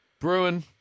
Bruin